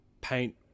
paint